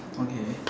okay